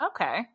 okay